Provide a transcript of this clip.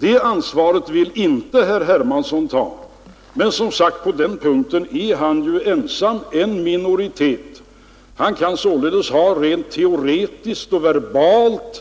Det ansvaret vill inte herr Hermansson ta, men på den punkten är han som sagt i minoritet. Han kan således rent teoretiskt och verbalt ha